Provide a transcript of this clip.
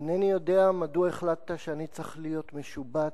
אינני יודע מדוע החלטת שאני צריך להיות משובץ